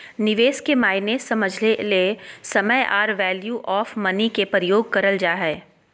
निवेश के मायने समझे ले समय आर वैल्यू ऑफ़ मनी के प्रयोग करल जा हय